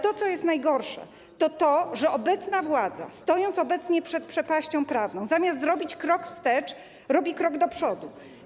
To, co jest najgorsze, to to, że obecna władza, stojąc nad przepaścią prawną, zamiast zrobić krok wstecz, robi krok do przodu.